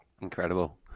Incredible